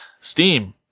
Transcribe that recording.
Steam